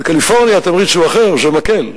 בקליפורניה התמריץ הוא אחר, זה מקל.